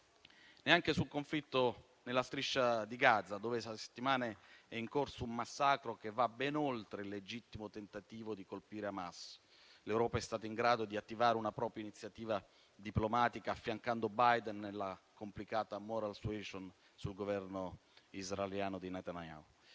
Neanche sul conflitto nella Striscia di Gaza, dove da settimane è in corso un massacro che va ben oltre il legittimo tentativo di colpire Hamas, l'Europa è stata in grado di attivare una propria iniziativa diplomatica, affiancando Biden nella complicata *moral suasion* sul Governo israeliano di Netanyahu.